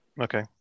Okay